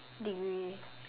degree